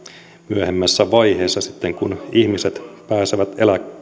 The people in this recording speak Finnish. myöhemmässä vaiheessa sitten kun ihmiset pääsevät eläkkeelle no nyt